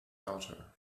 daughter